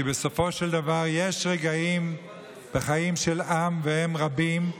כי בסופו של דבר יש רגעים בחיים של עם, והם רבים,